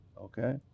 okay